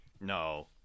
No